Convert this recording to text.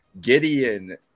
Gideon